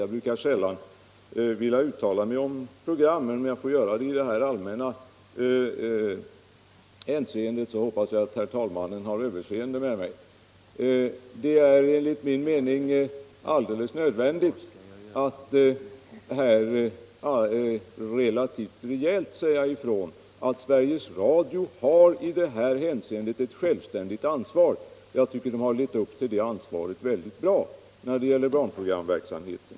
— Jag brukar visserligen sällan vilja uttala mig om programmen, men om jag får göra det i det här allmänna hänseendet, hoppas jag att herr talmannen har överseende med mig. Det är enligt min mening nödvändigt att här relativt rejält säga ifrån att Sveriges Radio i detta avseende har ett självständigt ansvar, och jag tycker att man där har levt upp till det ansvaret mycket bra när det gäller barnprogramverksamheten.